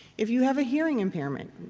if you have a hearing impairment,